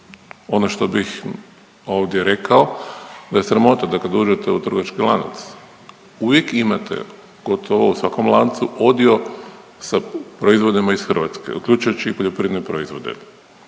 Ono što bih ovdje rekao da je sramota da kad uđete u trgovački lanac uvijek imate gotovo u svakom lancu odio sa proizvodima iz Hrvatske, uključujući i poljoprivredne proizvode.